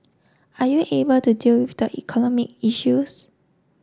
are you able to deal with the economic issues